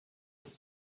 ist